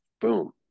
boom